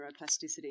neuroplasticity